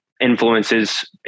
influences